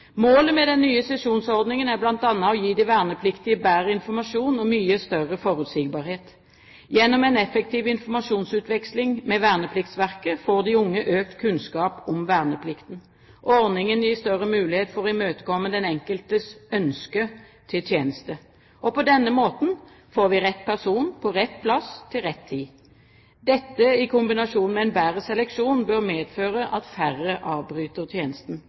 Målet med den nye sesjonsordningen er bl.a. å gi de vernepliktige bedre informasjon og mye større forutsigbarhet. Gjennom en effektiv informasjonsutveksling med Vernepliktsverket får de unge økt kunnskap om verneplikten. Ordningen gir større mulighet for å imøtekomme den enkeltes ønsker når det gjelder tjeneste. På denne måten får vi rett person på rett plass til rett tid. Dette, i kombinasjon med en bedre seleksjon, bør medføre at færre avbryter tjenesten.